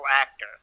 actor